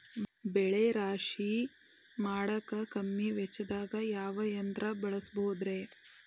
ಬೆಳೆ ರಾಶಿ ಮಾಡಾಕ ಕಮ್ಮಿ ವೆಚ್ಚದಾಗ ಯಾವ ಯಂತ್ರ ಬಳಸಬಹುದುರೇ?